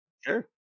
Sure